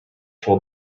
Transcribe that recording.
told